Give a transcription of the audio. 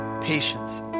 patience